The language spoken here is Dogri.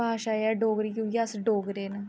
भाशा ऐ डोगरी क्योंकि अस डोगरे न